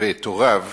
ואת הוריו